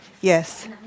yes